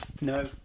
No